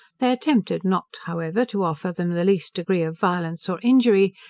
they attempted not, however, to offer them the least degree of violence or injury,